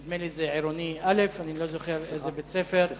נדמה לי זה עירוני א', אני לא זוכר איזה בית-ספר.